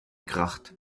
kracht